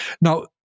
Now